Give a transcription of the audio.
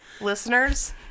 listeners